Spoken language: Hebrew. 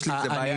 יש לי עם זה בעיה.